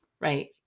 right